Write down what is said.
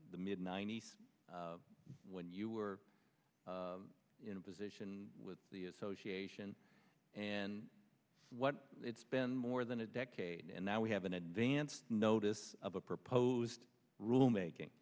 the mid ninety's when you were in a position with the association and what it's been more than a decade and now we have an advanced notice of a proposed rule making